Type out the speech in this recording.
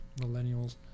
millennials